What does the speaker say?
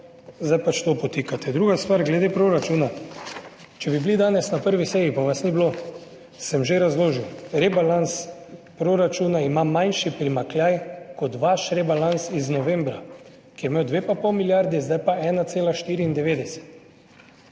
Zdaj pač to podtikate. Druga stvar glede proračuna. Če bi bili danes na prvi seji, pa vas ni bilo, sem že razložil, rebalans proračuna ima manjši primanjkljaj kot vaš rebalans z novembra, ki je bil 2,5 milijarde, zdaj pa je